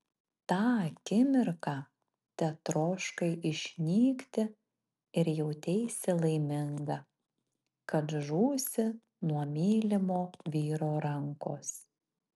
tą akimirką tetroškai išnykti ir jauteisi laiminga kad žūsi nuo mylimo vyro rankos